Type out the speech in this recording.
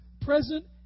present